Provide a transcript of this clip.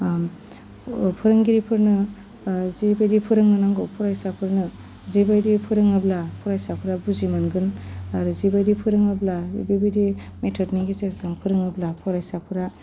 फोरोंगिरिफोरनो जि बायदि फोरोंनो नांगौ फरायसाफोरनो जेबायदि फोरोङोब्ला फरायसाफ्रा बुजि मोनगोन आरो जि बायदि फोरोङोब्ला बेफोरबायदि मेट्दनि गेजेरजों फोरोङोब्ला फरायसाफ्रा